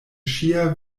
ŝia